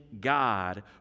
God